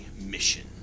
mission